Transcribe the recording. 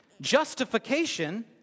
justification